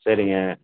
சரிங்க